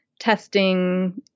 testing